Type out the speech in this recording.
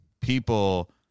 people